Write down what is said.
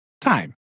time